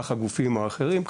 כך הגופים האחרים,